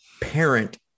parent